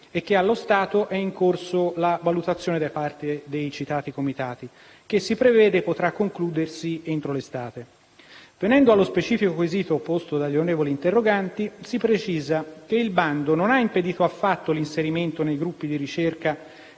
e che, allo stato, è in corso la valutazione da parte dei citati comitati che si prevede potrà concludersi entro l'estate. Venendo allo specifico quesito posto dagli onorevoli interroganti, si precisa che il bando non ha impedito affatto l'inserimento nei gruppi di ricerca